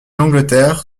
angleterre